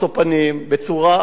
בצורה הגונה,